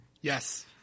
Yes